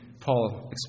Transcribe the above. Paul